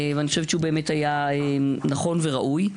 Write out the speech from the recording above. אני חושבת שהוא באמת היה נכון וראוי.